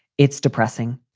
it's depressing.